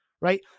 right